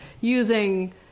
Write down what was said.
using